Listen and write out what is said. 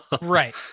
Right